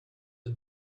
the